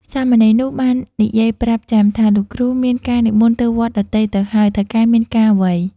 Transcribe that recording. សាមណេរនោះបាននិយាយប្រាប់ចាមថា "លោកគ្រូមានការនិមន្តទៅវត្តដទៃទៅហើយ ថៅកែមានការអ្វី?"។